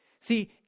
See